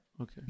Okay